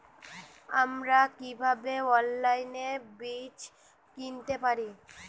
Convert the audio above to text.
আমরা কীভাবে অনলাইনে বীজ কিনতে পারি?